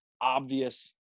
obvious